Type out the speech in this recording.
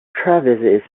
travis